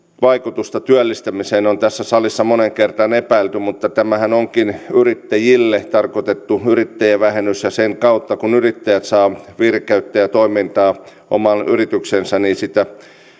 vaikutusta työllistämiseen on tässä salissa moneen kertaan epäilty mutta tämähän onkin yrittäjille tarkoitettu yrittäjävähennys ja sen kautta kun yrittäjät saavat virkeyttä ja toimintaa omaan yritykseensä sitä